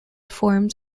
forms